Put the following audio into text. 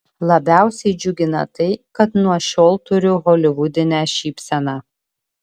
labiausiai džiugina tai kad nuo šiol turiu holivudinę šypseną